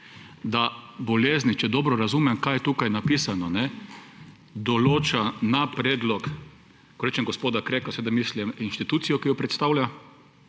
da bolezni, če dobro razumem, kaj je tukaj napisano, določa na predlog – ko rečem gospoda Kreka, seveda mislim na institucijo, ki jo predstavlja,